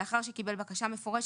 לאחר שקיבל בקשה מפורשת,